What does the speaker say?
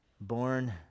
born